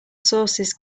sources